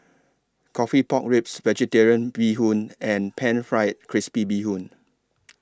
Coffee Pork Ribs Vegetarian Bee Hoon and Pan Fried Crispy Bee Hoon